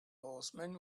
horsemen